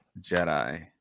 Jedi